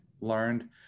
learned